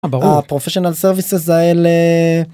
‫הproffesional services האלה...